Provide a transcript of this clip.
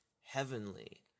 heavenly